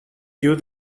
give